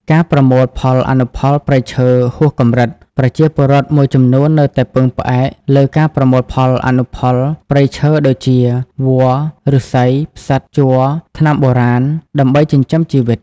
ការប្រមូលផលអនុផលព្រៃឈើហួសកម្រិត ប្រជាពលរដ្ឋមួយចំនួននៅតែពឹងផ្អែកលើការប្រមូលផលអនុផលព្រៃឈើ ដូចជា វល្លិ ឫស្សី ផ្សិត ជ័រ ថ្នាំបុរាណ ដើម្បីចិញ្ចឹមជីវិត។